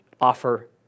offer